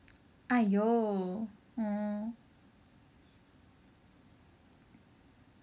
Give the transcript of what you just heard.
!aiyo!